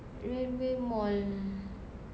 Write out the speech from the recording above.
railway mall